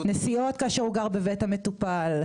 נסיעות כאשר הוא גר בבית המטופל.